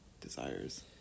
desires